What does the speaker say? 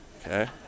okay